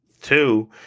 two